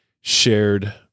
shared